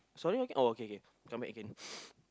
sorry okay oh okay okay come back again